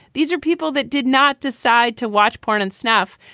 these are people that did not decide to watch porn and snuff,